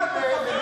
ממה את מפחדת?